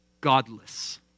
godless